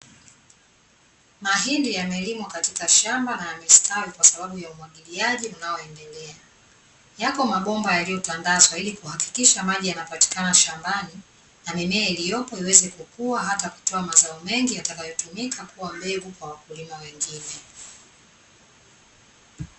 Mahindi yamelimwa katika shamba na yamestawi kwa sababu ya umwagiliaji unaoendelea. Yako mabomba yaliyotandazwa ili kuhakikisha maji yanapatikana shambani, na mimea iliyopo iweze kukua hata kutoa mazao mengi yatakayotumika kuwa mbegu kwa wakulima wengine.